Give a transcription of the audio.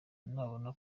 nabona